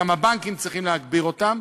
גם הבנקים צריכים להגביר אותם,